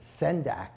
Sendak